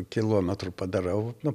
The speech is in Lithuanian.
kilometrų padarau nu